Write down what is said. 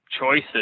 choices